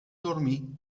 dormir